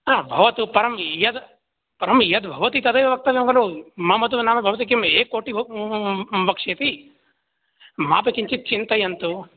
हा भवतु परं यद् परं यद् भवति तदेव वक्तव्यं खलु मम तु नाम भवती किं एककोटि वक्ष्यति ममापि किञ्चित् चिन्तयन्तु